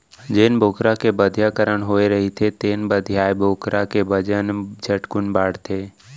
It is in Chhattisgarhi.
जेन बोकरा के बधियाकरन होए रहिथे तेन बधियाए बोकरा के बजन झटकुन बाढ़थे